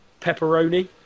pepperoni